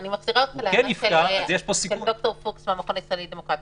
אני מחזירה אותך להערה של ד"ר פוקס מהמכון הישראלי לדמוקרטיה,